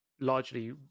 largely